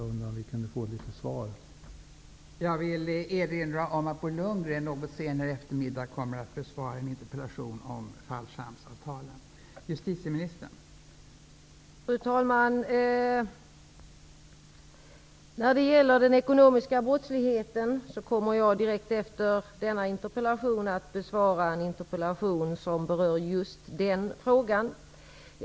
Jag undrar om vi kan få ett svar på det.